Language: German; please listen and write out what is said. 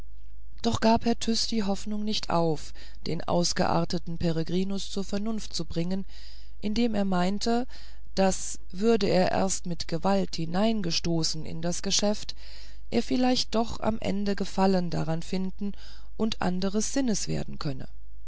doch gab herr tyß die hoffnung noch nicht auf den ausgearteten peregrinus zur vernunft zu bringen indem er meinte daß würde er erst mit gewalt hineingestoßen in das geschäft er vielleicht doch am ende gefallen daran finden und anderes sinnes werden könne